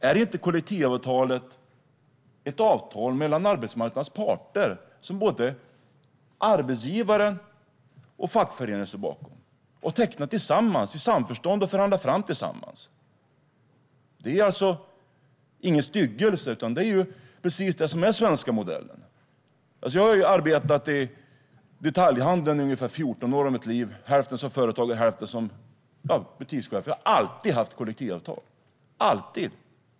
Är inte kollektivavtal ett avtal mellan arbetsmarknadens parter, som både arbetsgivare och fackförening står bakom och som de har förhandlat fram tillsammans och tecknat i samförstånd? Det är alltså ingen styggelse, utan det är detta som är den svenska modellen. Jag har arbetat i detaljhandeln i ungefär 14 år av mitt liv, hälften av tiden som företagare och hälften som butikschef. Jag har alltid haft kollektivavtal.